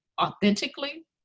authentically